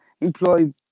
employ